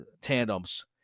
tandems